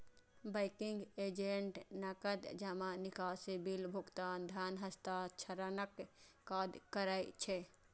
banking agent नकद जमा, निकासी, बिल भुगतान, धन हस्तांतरणक काज करै छै